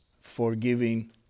forgiving